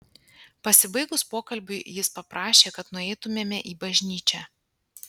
pasibaigus pokalbiui jis paprašė kad nueitumėme į bažnyčią